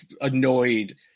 annoyed